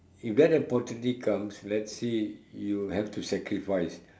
if that opportunity comes let's say you'll have to sacrifice